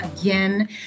again